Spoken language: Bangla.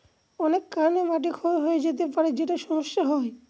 অনেক কারনে মাটি ক্ষয় হয়ে যেতে পারে যেটায় সমস্যা হয়